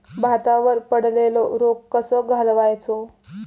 भातावर पडलेलो रोग कसो घालवायचो?